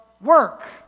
work